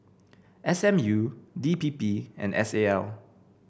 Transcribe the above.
S M U D P P and S A L